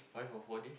five or four days